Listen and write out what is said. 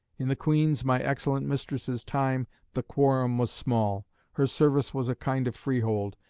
in the queen's, my excellent mistress's, time the quorum was small her service was a kind of freehold,